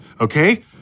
Okay